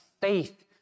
faith